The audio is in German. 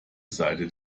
seite